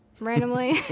randomly